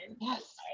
Yes